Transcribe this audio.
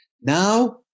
Now